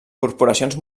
corporacions